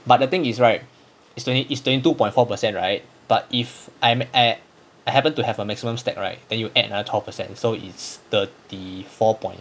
but the thing is right it's twenty it's twenty two point four percent right but if I'm at I happen to have a maximum stack right then you add another twelve percent so it's thirty four point